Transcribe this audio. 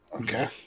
Okay